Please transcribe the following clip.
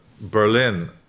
Berlin